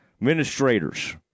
administrators